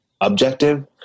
objective